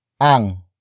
Ang